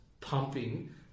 pumping